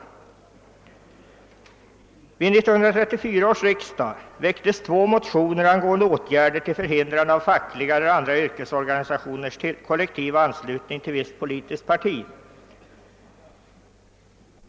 Vid 1934 års riksdag väcktes två motioner angående åtgärder till förhindrande av fackliga eller andra yrkesorganisationers kollektiva anslutning till visst politiskt parti.